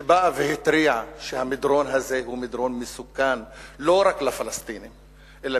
שבאה והתריעה שהמדרון הזה הוא מדרון מסוכן לא רק לפלסטינים אלא